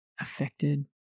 affected